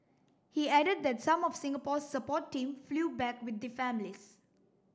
he added that some of Singapore's support team flew back with the families